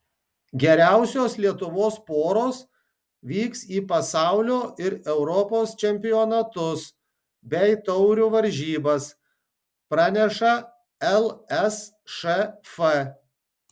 geriausios lietuvos poros vyks į pasaulio ir europos čempionatus bei taurių varžybas praneša lsšf